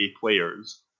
players